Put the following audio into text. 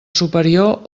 superior